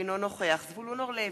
אינו נוכח זבולון אורלב,